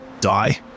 die